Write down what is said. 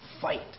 Fight